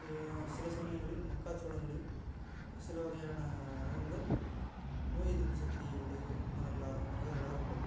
சில சமயங்களில் மக்காச்சோளங்களில் சில வகையான ரகங்கள் நோய் எதிர்ப்பு சக்தி உடைய மரங்களாக ரகங்களாக உள்ளது